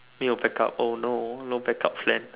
没有 backup oh no backup plan